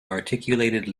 articulated